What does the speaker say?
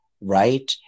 right